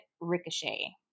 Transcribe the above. ricochet